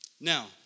Now